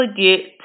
forget